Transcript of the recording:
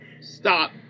stop